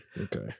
Okay